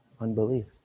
unbelief